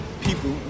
people